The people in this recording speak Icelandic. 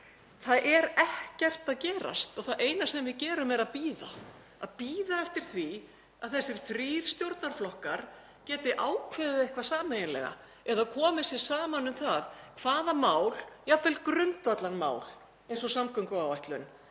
Það er ekkert að gerast og það eina sem við gerum er að bíða; bíða eftir því að þessir þrír stjórnarflokkar geti ákveðið eitthvað sameiginlega eða komið sér saman um það hvaða mál, jafnvel grundvallarmál eins og samgönguáætlun,